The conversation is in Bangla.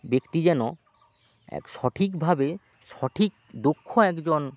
ব্যক্তি যেন এক সঠিকভাবে সঠিক দক্ষ একজন